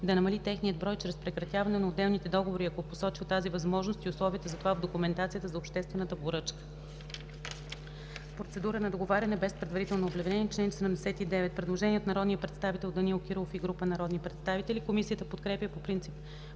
да намали техния брой, чрез прекратяване на отделните договори, ако е посочил тази възможност и условията за това в документацията за обществената поръчка.” „Процедура на договаряне без предварително обявление” По чл. 79 има предложение от народния представител Данаил Кирилов и група народни представители. Комисията подкрепя по принцип